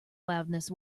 loudness